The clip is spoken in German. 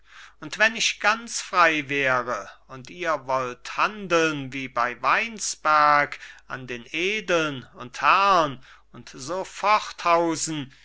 und wenn ich ganz frei wäre und ihr wollt handeln wie bei weinsberg an den edeln und herrn und